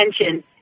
attention